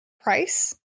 price